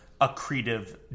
accretive